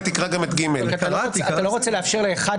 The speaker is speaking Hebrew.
ברמת חוק